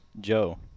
Joe